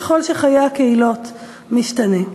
ככל שחיי הקהילות משתנים.